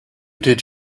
did